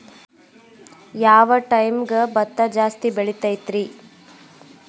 ಯಾವ ಟೈಮ್ಗೆ ಭತ್ತ ಜಾಸ್ತಿ ಬೆಳಿತೈತ್ರೇ?